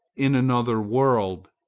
in another world,